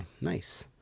Nice